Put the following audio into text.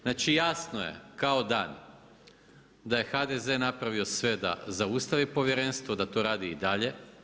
Znači jasno je kao dan, da je HDZ napravio sve da zaustavi povjerenstvo, da to radi i dalje.